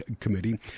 committee